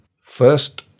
First